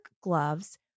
gloves